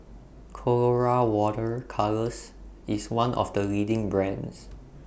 Colora Water Colours IS one of The leading brands